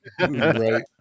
Right